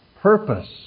purpose